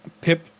Pip